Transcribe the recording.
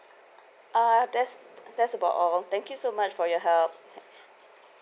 uh that's that's about all thank you so much for your help